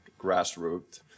grassroots